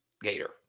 gator